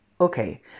Okay